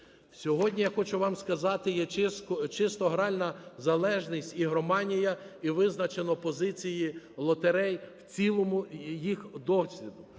Сьогодні, я хочу вам сказати, є чисто гральна залежність – ігроманія – і визначено позиції лотерей в цілому, їх дослід.